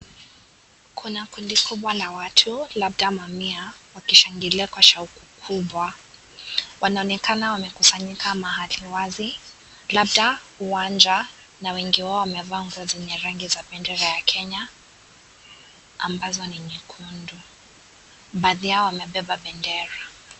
Kuna kundi kubwa la watu labda ma Mia wakishangilia kwa sauti kubwa . Wanaonekana wamekusanyika mahali wazi labda uwanja na wengi wao wamevaa jezi zenye bendera ya Kenya ambazo ni nyekundu,,baadhi yao wamebeba bendera.